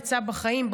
יצא בחיים,